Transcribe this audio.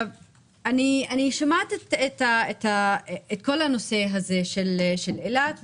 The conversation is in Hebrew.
אני שומעת את הנושא של אילת,